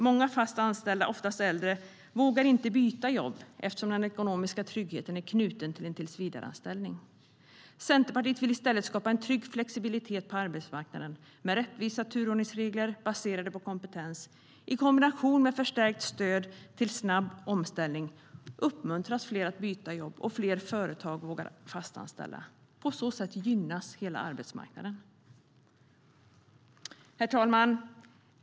Många fast anställda, oftast äldre, vågar inte byta jobb eftersom den ekonomiska tryggheten är knuten till en tillsvidareanställning. Herr talman!